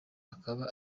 akaba